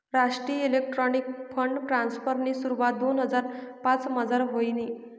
राष्ट्रीय electronics fund ट्रान्स्फरनी सुरवात दोन हजार पाचमझार व्हयनी